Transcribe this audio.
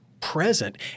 present